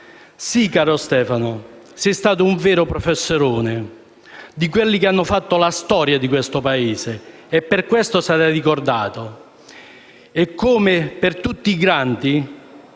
Sì, caro Stefano, sei stato un vero professorone, di quelli che hanno fatto la storia di questo Paese e per questo sarai ricordato e, come tutti i grandi,